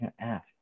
ask